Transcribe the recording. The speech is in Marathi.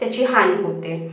त्याची हानी होते